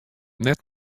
net